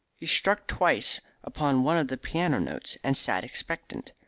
he struck twice upon one of the piano-notes, and sat expectant.